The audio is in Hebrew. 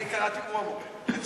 אני קראתי לו, הוא המורה.